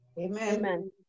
amen